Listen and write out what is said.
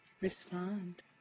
respond